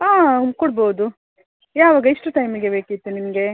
ಹಾಂ ಕೊಡ್ಬೋದು ಯಾವಾಗ ಎಷ್ಟು ಟೈಮಿಗೆ ಬೇಕಿತ್ತು ನಿಮಗೆ